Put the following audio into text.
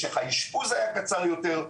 משך האשפוז היה קצר יותר,